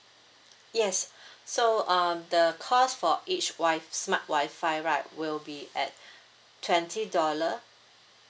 yes so um the cost for each wife smart Wi-Fi right will be at twenty dollar